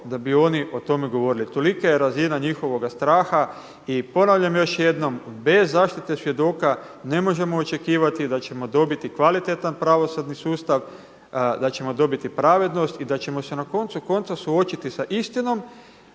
da bi oni o tome govorili. Tolika je razina njihovoga straha. I ponavljam još jednom bez zaštite svjedoka ne možemo očekivati da ćemo dobiti kvalitetan pravosudni sustav, da ćemo dobiti pravednost i da ćemo se na koncu konca suočiti sa istinom